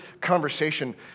conversation